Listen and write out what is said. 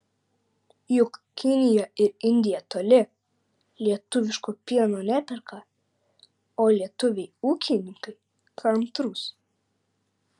juk kinija ir indija toli lietuviško pieno neperka o lietuviai ūkininkai kantrūs